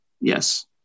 Yes